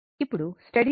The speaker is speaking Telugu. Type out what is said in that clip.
ఇప్పుడు స్టడీ స్టేట్ లో